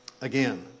Again